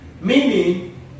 Meaning